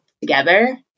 together